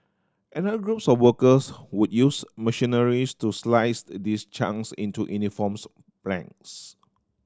another group of workers would use machineries to slice these chunks into uniforms planks